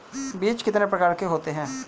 बीज कितने प्रकार के होते हैं?